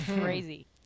crazy